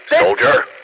Soldier